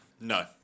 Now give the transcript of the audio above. No